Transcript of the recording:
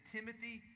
Timothy